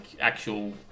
actual